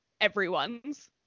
everyone's